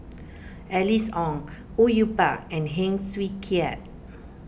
Alice Ong Au Yue Pak and Heng Swee Keat